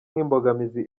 nk’imbogamizi